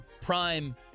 prime